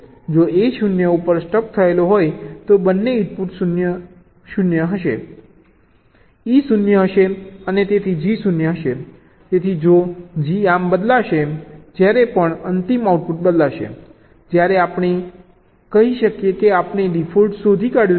જો A 0 ઉપર stuck થયેલો હોય તો બંને ઇનપુટ 0 0 હશે E 0 હશે અને તેથી G 0 હશે તેથી જો G આમ બદલાશે જ્યારે પણ અંતિમ આઉટપુટ બદલાશે ત્યારે આપણે કહી શકીએ કે આપણે ડિફોલ્ટ શોધી કાઢ્યું છે